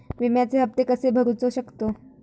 विम्याचे हप्ते कसे भरूचो शकतो?